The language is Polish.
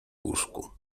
łóżku